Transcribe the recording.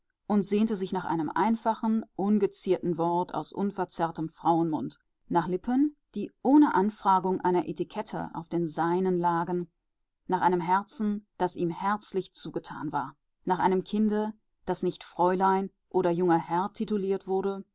und sehnte sich nach einem einfachen ungezierten wort aus unverzerrtem frauenmund nach lippen die ohne anfragung einer etikette auf den seinen lagen nach einem herzen das ihm herzlich zugetan war nach einem kinde das nicht fräulein oder junger herr tituliert wurde